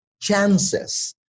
chances